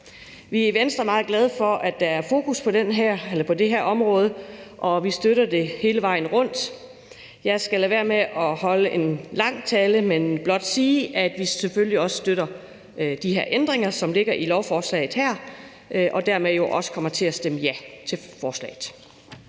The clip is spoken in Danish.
Vi er i Venstre meget glade for, at der er fokus på det her område, og vi støtter det hele vejen rundt. Jeg skal lade være med at holde en lang tale, men blot sige, at vi selvfølgelig også støtter de ændringer, som ligger i lovforslaget her, og at vi jo dermed også kommer til at stemme ja til forslaget.